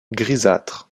grisâtre